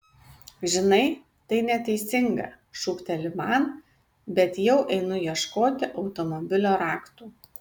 žinai tai neteisinga šūkteli man bet jau einu ieškoti automobilio raktų